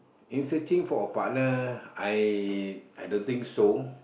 in searching for a partner I I don't think so